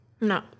No